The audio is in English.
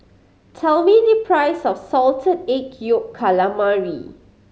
tell me the price of Salted Egg Yolk Calamari